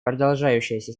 продолжающаяся